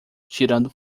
tirando